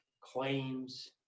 claims